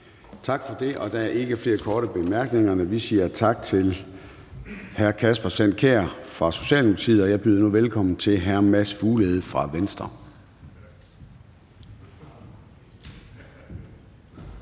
Gade): Der var ikke flere korte bemærkninger. Vi siger tak til hr. Kasper Sand Kjær fra Socialdemokratiet, og jeg byder nu velkommen til hr. Mads Fuglede fra Venstre.